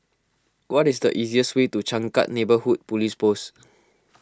what is the easiest way to Changkat Neighbourhood Police Post